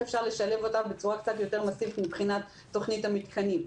אפשר לשלב אותן בצורה קצת יותר מסיבית מבחינת תוכנית המתקנים.